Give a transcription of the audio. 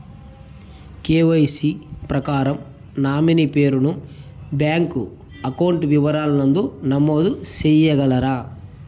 KYC ప్రకారం nominee పేరు ను బ్యాంకు అకౌంట్ వివరాల నందు నమోదు సేయగలరా?